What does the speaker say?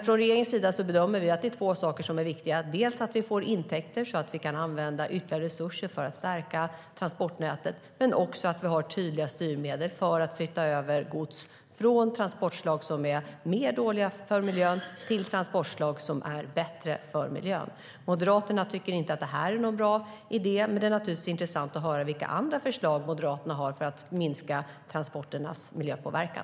Från regeringens sida bedömer vi att det är två saker som är viktiga: dels att vi får intäkter så att vi kan använda ytterligare resurser för att stärka transportnätet, dels att vi har tydliga styrmedel för att flytta över gods från transportslag som är sämre för miljön till transportslag som är bättre för miljön. Moderaterna tycker inte att detta är en bra idé, men det är naturligtvis intressant att höra vilka andra förslag Moderaterna har för att minska transporternas miljöpåverkan.